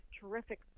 terrific